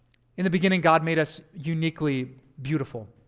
in the beginning, god made us uniquely beautiful.